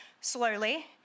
slowly